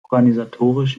organisatorisch